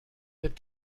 that